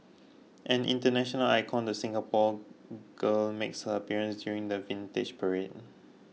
an international icon the Singapore girl makes her appearance during the Vintage Parade